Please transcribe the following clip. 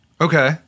Okay